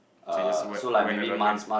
so you just went along went